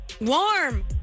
Warm